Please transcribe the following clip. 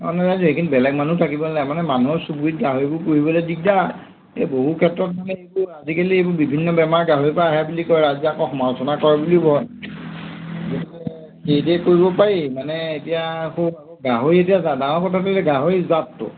অঁ নাই ৰাইজে সেইখিনি বেলেগ মানুহ থাকিব নাই মানে মানুহৰ চুবুৰীত গাহৰিবোৰ পুহিবলৈ দিগদাৰ এই বহু ক্ষেত্ৰত মানে এইবোৰ আজিকালি এইবোৰ বিভিন্ন বেমাৰ গাহৰি পৰা আহে বুলি কয় ৰাইজে আকৌ সমালোচনা কৰে বুলিও ভয় সেইটোৱেই কৰিব পাৰি মানে এতিয়া আকৌ গাহৰি এতিয়া ডাঙৰ কথা ক'লে গাহৰি জাতটো